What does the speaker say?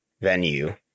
venue